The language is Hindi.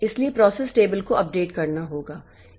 इसलिए प्रोसेस टेबल को अपडेट करना होगा